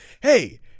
hey